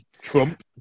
Trump